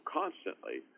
constantly